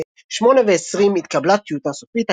ב-2020 התקבלה טיוטה סופית,